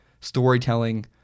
storytelling